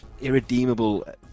irredeemable